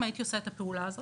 אם הייתי עושה את הפעולה הזאת.